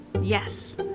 Yes